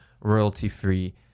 royalty-free